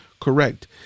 correct